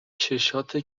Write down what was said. چشاته